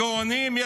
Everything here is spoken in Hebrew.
הגאונים,